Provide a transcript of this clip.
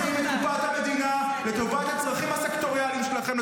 -- ואתם בוזזים את קופת המדינה לטובת הצרכים הסקטוריאליים שלכם,